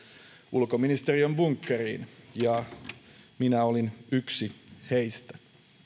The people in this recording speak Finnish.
ulkoministeriön bunkkeriin ja minä olin yksi heistä